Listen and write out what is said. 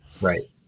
Right